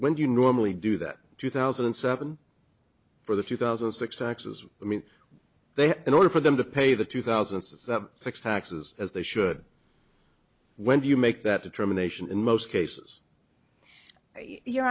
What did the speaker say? when you normally do that two thousand and seven for the two thousand and six axis i mean they are in order for them to pay the two thousand and six taxes as they should when you make that determination in most cases you're